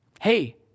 hey